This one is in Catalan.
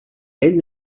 ell